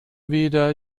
wieder